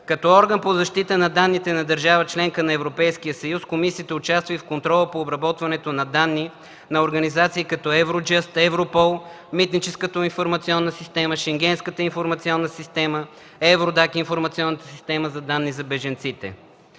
Като орган по защита на данните на държава – членка на Европейския съюз, комисията участва и в контрола по обработването на данни на организации като Евроджъст, Европол, Митническата информационна система, Шенгенската информационна система, Евродикт – информационната система за данни за бежанците.